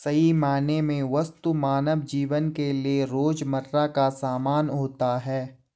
सही मायने में वस्तु मानव जीवन के लिये रोजमर्रा का सामान होता है